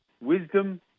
wisdom